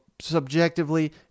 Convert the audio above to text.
subjectively